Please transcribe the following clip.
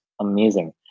amazing